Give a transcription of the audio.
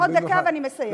מצטערת, עוד דקה ואני מסיימת.